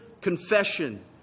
confession